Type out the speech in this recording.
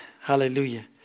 hallelujah